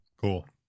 Cool